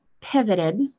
pivoted